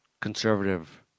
conservative